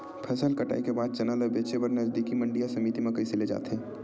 फसल कटाई के बाद चना ला बेचे बर नजदीकी मंडी या समिति मा कइसे ले जाथे?